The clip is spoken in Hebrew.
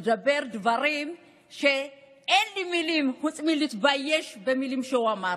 אומר דברים שאין לי מילים חוץ מלהתבייש במילים שהוא אמר.